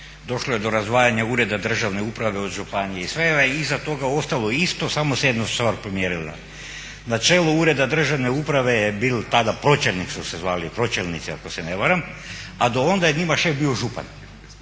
došlo je do razdvajanja ureda državne uprave od županije. Sve je iza toga ostalo isto, samo se jedna stvar promijenila. Na čelo ureda državne uprave je bio tada, pročelnik su se zvali, pročelnici ako se ne varam, a do onda je njima šef bio župan.